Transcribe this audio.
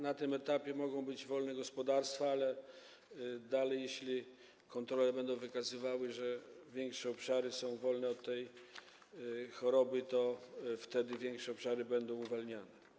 Na tym etapie mogą być wolne gospodarstwa, ale jeśli kontrole będą wykazywały, że większe obszary są wolne od tej choroby, to większe obszary będą uwalniane.